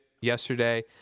yesterday